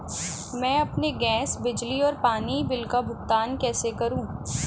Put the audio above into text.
मैं अपने गैस, बिजली और पानी बिल का भुगतान कैसे करूँ?